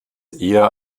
eher